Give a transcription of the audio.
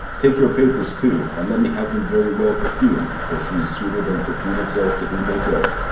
take your papers too, and let me have them very well perfum'd for she is sweeter than perfume itself to whom they go